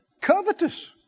Covetous